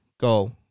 Go